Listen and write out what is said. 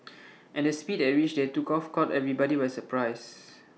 and the speed at rich they took off caught everybody by surprise